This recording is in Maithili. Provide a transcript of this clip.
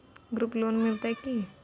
ग्रुप लोन मिलतै की?